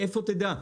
מאיפה תדע?